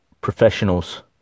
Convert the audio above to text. professionals